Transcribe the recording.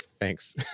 thanks